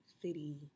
city